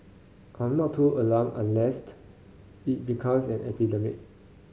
I'm not too alarmed unless it becomes an epidemic